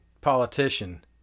politician